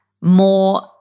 more